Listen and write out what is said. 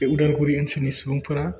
बे उदालगुरि ओनसोलनि सुबुंफोरा